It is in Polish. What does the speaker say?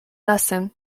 lasem